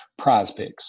PrizePicks